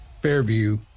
Fairview